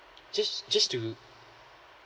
just just to